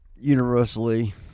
universally